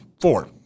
Four